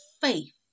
faith